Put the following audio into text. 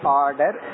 order